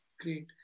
Great